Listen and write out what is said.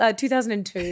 2002